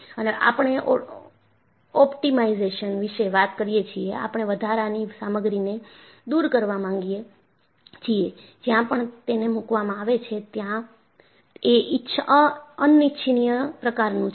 અને આપણે ઑપ્ટિમાઇઝેશન વિશે વાત કરીએ છીએ આપણે વધારાની સામગ્રીને દૂર કરવા માંગીએ છીએ જ્યાં પણ તેને મૂકવામાં આવે છે ત્યાં એ અનિચ્છનીય પ્રકાર નું છે